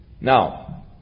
Now